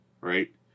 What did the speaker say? right